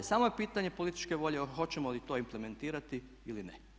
Samo je pitanje političke volje hoćemo li to implementirati ili ne.